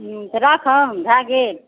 तऽ राखौ भए गेल